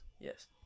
Yes